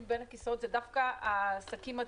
בין הכיסאות זה דווקא העסקים הצעירים.